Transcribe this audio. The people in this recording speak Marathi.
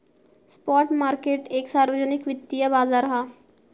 स्पॉट मार्केट एक सार्वजनिक वित्तिय बाजार हा